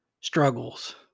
struggles